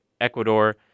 Ecuador